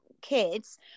kids